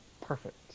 perfect